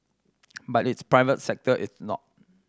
but its private sector is not